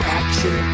action